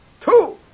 two